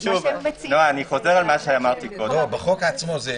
זה לא כתוב בחוק.